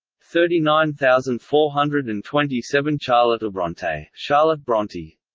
thirty nine thousand four hundred and twenty seven charlottebronte charlottebronte